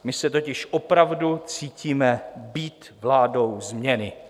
My se totiž opravdu cítíme být vládou změny.